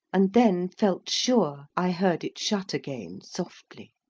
and then felt sure i heard it shut again softly.